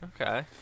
okay